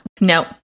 No